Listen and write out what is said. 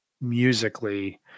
musically